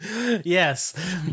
Yes